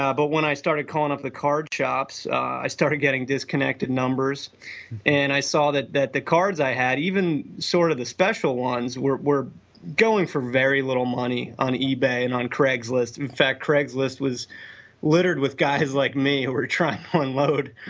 but when i started calling up the card shops, i started getting disconnected numbers and i saw that that the cards i had, even sort of the special ones were were going for very little money on ebay and on craigslist. in fact, craigslist was littered with guys like me who were try to unload,